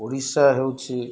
ଓଡ଼ିଶା ହେଉଛି